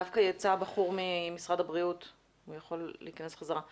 דווקא עמיר ממשרד הבריאות יצא.